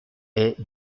est